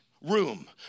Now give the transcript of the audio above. room